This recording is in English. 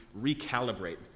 recalibrate